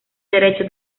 derecho